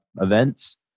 events